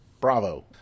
Bravo